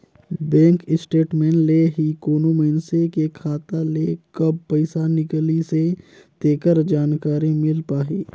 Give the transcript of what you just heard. bank statement ले ही कोनो मइनसे के खाता ले कब पइसा निकलिसे तेखर जानकारी मिल पाही